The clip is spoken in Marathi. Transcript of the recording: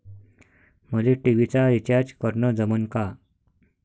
मले टी.व्ही चा रिचार्ज करन जमन का?